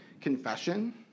confession